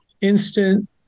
Instant